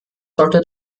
sollte